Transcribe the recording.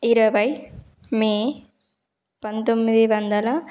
ఇరవై మే పంతొమ్మిది వందల